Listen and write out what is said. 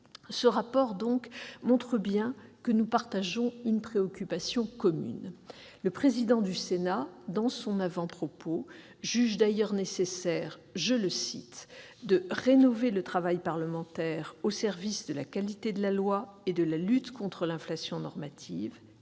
et intitulé, montre bien que nous partageons une préoccupation, qui nous est commune. Le président du Sénat, dans son avant-propos, juge nécessaire de « rénover le travail parlementaire au service de la qualité de la loi et de la lutte contre l'inflation normative »